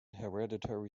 hereditary